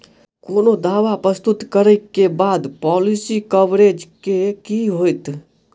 कोनो दावा प्रस्तुत करै केँ बाद पॉलिसी कवरेज केँ की होइत?